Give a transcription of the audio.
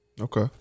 Okay